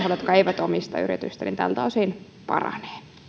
jotka eivät omista yritystä tältä osin paranee